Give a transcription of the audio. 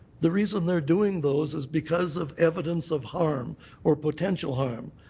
the reason they are doing those is because of evidence of harm or potential harm.